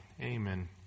amen